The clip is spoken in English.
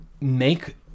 make